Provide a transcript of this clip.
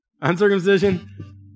uncircumcision